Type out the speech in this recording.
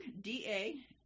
Da